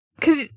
cause